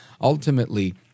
ultimately